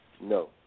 No